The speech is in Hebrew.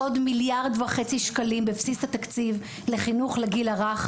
עוד 1.5 מיליארד שקלים בבסיס התקציב לחינוך לגיל הרך,